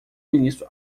ministro